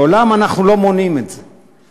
לעולם אנחנו לא מונעים את זה.